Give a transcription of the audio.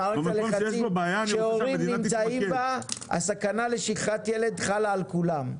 במערכת הלחצים שהורים נמצאים בה הסכנה לשכחת ילד חלה על כולם.